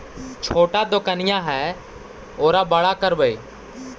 छोटा दोकनिया है ओरा बड़ा करवै?